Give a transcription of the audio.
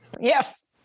Yes